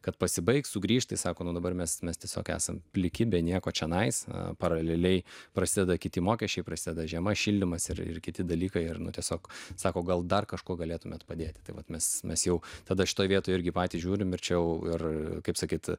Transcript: kad pasibaigs sugrįš tai sako nu dabar mes mes tiesiog esam pliki be nieko čionais paraleliai prasideda kiti mokesčiai prasideda žiema šildymas ir kiti dalykai ir nu tiesiog sako gal dar kažkuo galėtumėte padėti tai vat mes mes jau tada šitoje vietoj irgi patys žiūri ir čia jau ir kaip sakyti